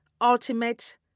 ultimate